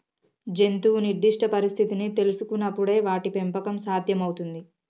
జంతువు నిర్దిష్ట పరిస్థితిని తెల్సుకునపుడే వాటి పెంపకం సాధ్యం అవుతుంది